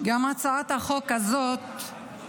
הצעת חוק לימוד חובה